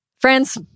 Friends